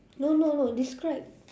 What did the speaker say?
no no no describe